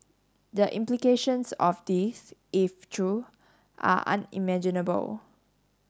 the implications of this if true are unimaginable